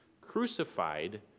crucified